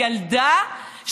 לילדה,